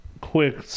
quick